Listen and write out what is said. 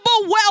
wealth